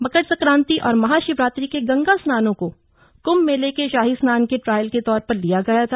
मकर संक्रांति और महाशिवरात्रि के गंगा स्नानों को क्म्भ मेले के शाही स्नान के ट्रायल के तौर पर लिया गया था